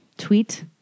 tweet